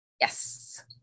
yes